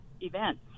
events